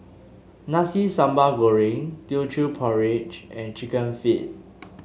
Nasi Sambal Goreng Teochew Porridge and chicken feet